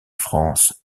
france